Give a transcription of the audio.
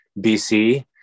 BC